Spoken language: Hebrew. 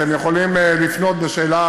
אתם יכולים לפנות בשאלה